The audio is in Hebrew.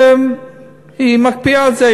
והיא מקפיאה את זה.